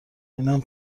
اینم